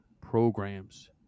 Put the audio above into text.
programs